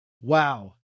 Wow